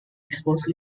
expose